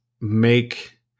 make